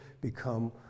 become